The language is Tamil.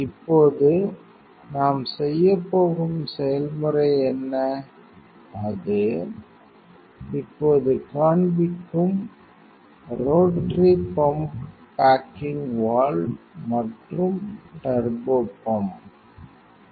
இப்போது நாம் செய்யப்போகும் செயல்முறை என்ன அது இப்போது காண்பிக்கும் ரோட்டரி பம்ப் பேக்கிங் வால்வு மற்றும் டர்போபம்ப்